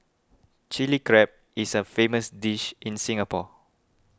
Chilli Crab is a famous dish in Singapore